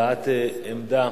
הבעת עמדה,